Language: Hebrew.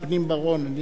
את מה שאתה אומר.